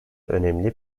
önemli